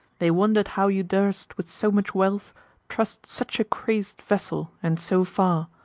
they wonder'd how you durst with so much wealth trust such a crazed vessel, and so far.